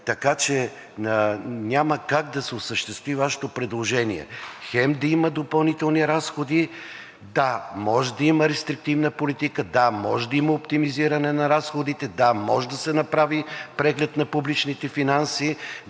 така че няма как да се осъществи Вашето предложение – хем да има допълнителни разходи, да, може да има рестриктивна политика, да може да има оптимизиране на разходите, да може да се направи преглед на публичните финанси, да